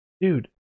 dude